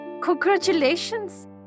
Congratulations